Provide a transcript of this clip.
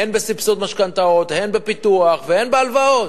הן בסבסוד משכנתאות, הן בפיתוח והן בהלוואות.